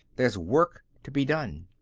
there's work to be done.